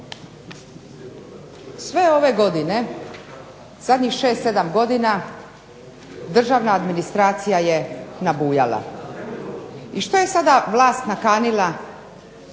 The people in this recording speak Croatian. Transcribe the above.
Sve ove godine zadnjih 6, 7 godina državna administracija je nabujala. I što je sad vlas nakanila